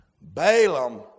Balaam